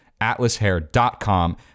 atlashair.com